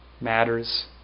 matters